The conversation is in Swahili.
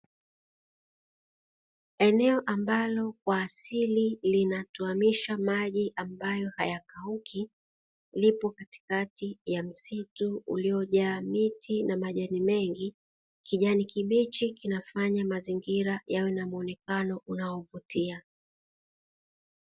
Eneo ambalo kwa asili linatwamisha maji ambayo hayakauki, lipo katikati ya msitu uliojaa miti na majani mengi, kijani kibichi kinafanya mazingira yawe na muonekano unaovutia.